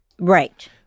Right